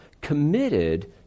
committed